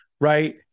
Right